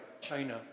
China